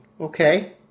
Okay